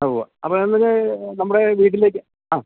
ആ ഉവ്വ് അപ്പോഴതിനുള്ളില് നമ്മുടെ വീട്ടിലേക്ക് ആ